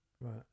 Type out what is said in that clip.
Right